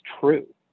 true